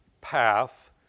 path